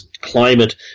climate